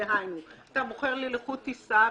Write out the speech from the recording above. דהיינו: אתה מוכר לי לחוד טיסה,